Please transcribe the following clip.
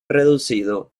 reducido